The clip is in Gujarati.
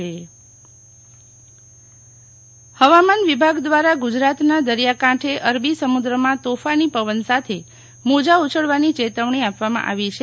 શિતલ વૈશ્નવ હવામાન હવામાન વિભાગ દ્વારા ગુજરાતના દરિયાકાંઠે અરબી સમુદ્રમાં તોફાની પવન સાથે મોજા ઉછળવાની ચેતવણી આપવામાં આવી છે